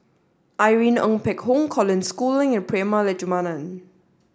Irene Ng Phek Hoong Colin Schooling and Prema Letchumanan